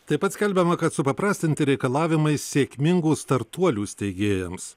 taip pat skelbiama kad supaprastinti reikalavimai sėkmingų startuolių steigėjams